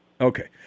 Okay